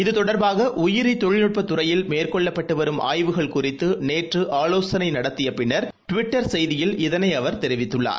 இதுதொடர்பாகஉயிரிதொழில்நுட்பத் துறையில் மேற்கொள்ளப்பட்டுவரும் ஆய்வுகள் குறித்து நேற்று ஆலோசனைநடத்தியபின்னர் ட்விட்டர் செய்தியில் இதனைஅவர் தெரிவித்துள்ளார்